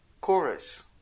chorus